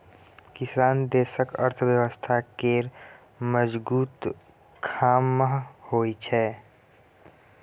किसान देशक अर्थव्यवस्था केर मजगुत खाम्ह होइ छै